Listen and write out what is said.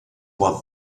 what